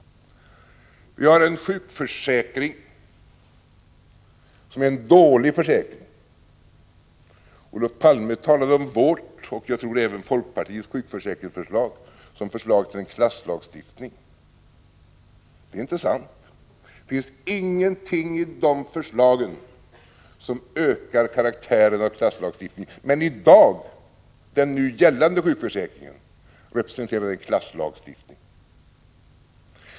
Vi har en sjukförsäkring som är en dålig försäkring. Olof Palme talade om vårt och jag tror även folkpartiets sjukförsäkringsförslag som ett förslag till en klasslagstiftning. Det är inte sant. Det finns ingenting i förslagen som ökar karaktären av klasslagstiftning. Men den nu gällande sjukförsäkringen representerar en klasslagstiftning.